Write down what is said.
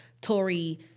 Tory